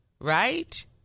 Right